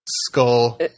Skull